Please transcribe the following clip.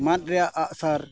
ᱢᱟᱫ ᱨᱮᱭᱟᱜ ᱟᱜᱼᱥᱟᱨ